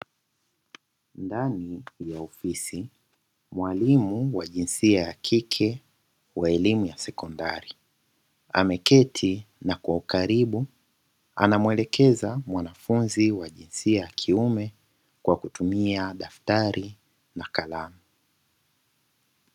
Ndani ya ofisi mwalimu wa jinsia ya kike wa elimu ya sekondari, ameketi na kwa ukaribu anamuelekeza mwanafunzi wa jinsia ya kiume, kwa kutumia daftali na kalamu.